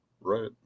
Right